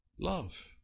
love